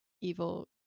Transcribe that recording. evil